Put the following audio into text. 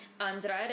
Andrade